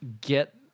get